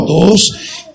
todos